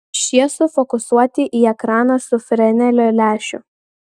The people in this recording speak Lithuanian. šie sufokusuoti į ekraną su frenelio lęšiu